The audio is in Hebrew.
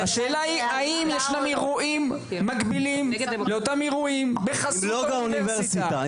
השאלה היא האם ישנם אירועים מקבלים לאותם אירועים בחסות האוניברסיטה?